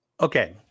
Okay